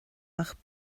ach